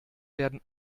werden